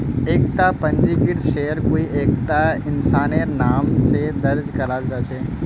एकता पंजीकृत शेयर कोई एकता इंसानेर नाम स दर्ज कराल जा छेक